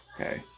Okay